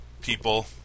people